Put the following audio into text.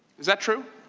is that true?